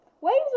Waves